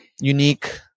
unique